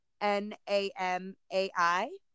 N-A-M-A-I